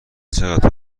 چقدر